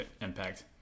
impact